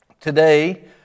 today